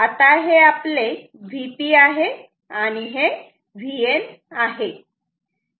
आता हे आपले Vp आहे आणि हे Vn आहे